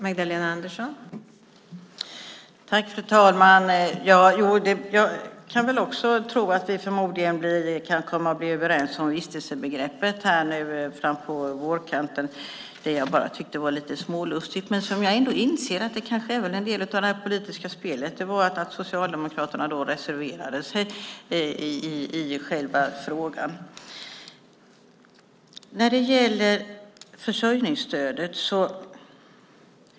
Fru talman! Vi kanske kan bli överens om vistelsebegreppet fram på vårkanten. Jag tyckte bara att det var lite smålustigt, men jag inser att det kanske var en del i det politiska spelet att Socialdemokraterna reserverade sig i frågan.